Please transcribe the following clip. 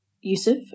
Yusuf